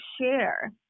share